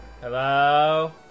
hello